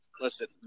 Listen